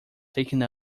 taken